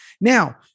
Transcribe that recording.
now